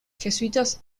jesuitas